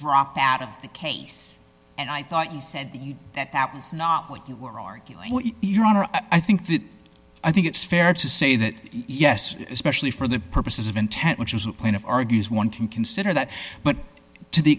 dropped out of the case and i thought you said that that was not what you were arguing your honor i think that i think it's fair to say that yes especially for the purposes of intent which is the plaintiff argues one can consider that but to the